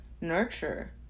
nurture